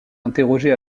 interrogée